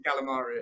calamari